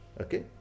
Okay